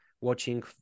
watching